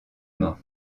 mort